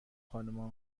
خانوم